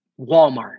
Walmart